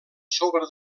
sobre